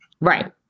Right